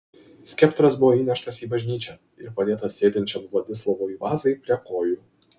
skeptras buvo įneštas į bažnyčią ir padėtas sėdinčiam vladislovui vazai prie kojų